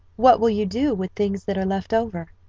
what will you do with things that are left over?